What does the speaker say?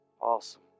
Awesome